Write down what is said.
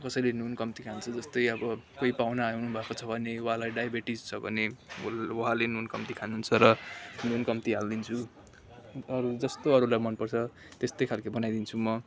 कसैले नुन कम्ती खान्छ जस्तै अब कोही पाहुना आउनुभएको छ भने उहाँलाई डाइबेटिज छ भने उहाँले नि कम्ती खानुहुन्छ र नुन कम्ती हालिदिन्छु अरू जस्तो अरूलाई मनपर्छ त्यस्तै खालके बनाइदिन्छु म